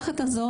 יחד עם זה,